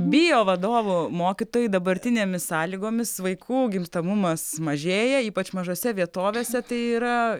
bijo vadovų mokytojai dabartinėmis sąlygomis vaikų gimstamumas mažėja ypač mažose vietovėse tai yra